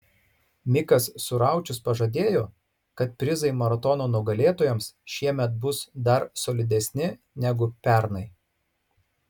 mikas suraučius pažadėjo kad prizai maratono nugalėtojams šiemet bus dar solidesni negu pernai